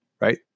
right